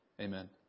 Amen